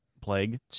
plague